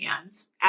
hands